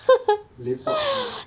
lepak hidup